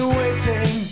waiting